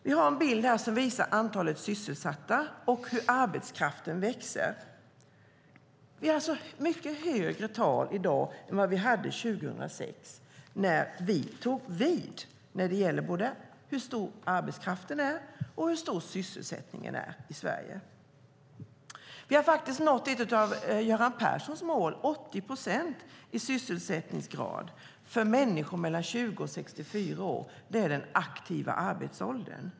Jag har ett diagram som visar antalet sysselsatta och hur arbetskraften växer. Det är mycket högre tal i dag än det var 2006 när vi tog vid. Det gäller både hur stor arbetskraften är och hur stor sysselsättningen är i Sverige. Vi har faktiskt nått ett av Göran Perssons mål. Vi har 80-procentig sysselsättningsgrad för människor mellan 20 och 64 år, vilket är den aktiva arbetsåldern.